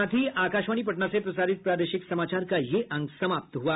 इसके साथ ही आकाशवाणी पटना से प्रसारित प्रादेशिक समाचार का ये अंक समाप्त हुआ